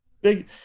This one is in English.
Big